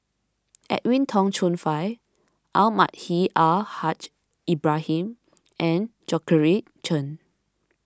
Edwin Tong Chun Fai Almahdi Al Haj Ibrahim and Georgette Chen